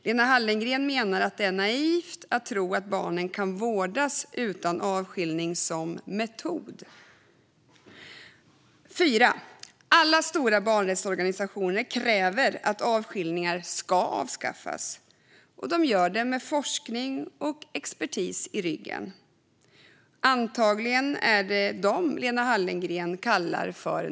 Lena Hallengren menar att det är naivt att tro att barnen kan vårdas utan avskiljning som metod. För det fjärde: Alla stora barnrättsorganisationer kräver att avskiljningar ska avskaffas. Och de gör det med forskning och expertis i ryggen. Antagligen är det dem Lena Hallengren kallar naiva.